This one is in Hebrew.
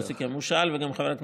הוא לא סיכם,